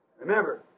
Remember